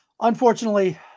unfortunately